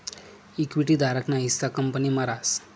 equity धारक ना हिस्सा कंपनी मा रास